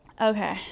Okay